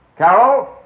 Carol